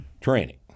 training